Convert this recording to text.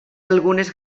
algunes